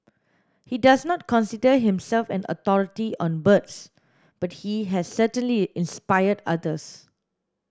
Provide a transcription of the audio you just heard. he does not consider himself an authority on birds but he has certainly inspired others